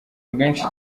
rwinshi